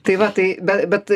tai va tai be bet